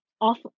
off